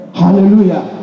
hallelujah